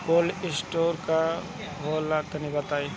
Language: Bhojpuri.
कोल्ड स्टोरेज का होला तनि बताई?